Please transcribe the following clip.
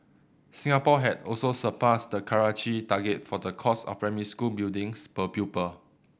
Singapore had also surpassed the Karachi target for the cost of primary school buildings per pupil